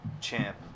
champ